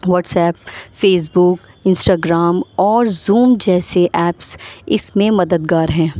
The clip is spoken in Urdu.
what's app Facebook Instagram اور زوم جیسے ایپس اس میں مددگار ہیں